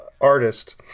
artist